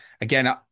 Again